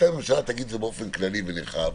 הממשלה תגיד את זה באופן כללי ונרחב,